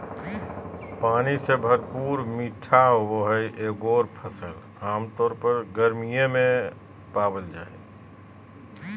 पानी से भरपूर मीठे होबो हइ एगोर फ़सल आमतौर पर गर्मी में तैयार होबो हइ